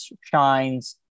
shines